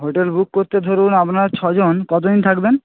hotel book করতে ধরুন আপনার ছজন কত দিন থাকবেন